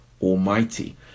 almighty